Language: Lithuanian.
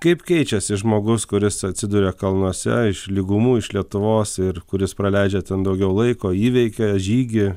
kaip keičiasi žmogus kuris atsiduria kalnuose iš lygumų iš lietuvos ir kuris praleidžia ten daugiau laiko įveikia žygį